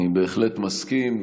אני בהחלט מסכים,